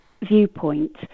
viewpoint